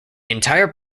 entire